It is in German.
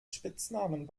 spitznamen